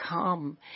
come